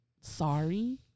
sorry